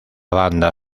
banda